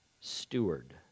Steward